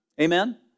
Amen